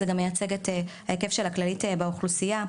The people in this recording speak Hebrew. זה מייצג גם את ההיקף של כללית באוכלוסייה,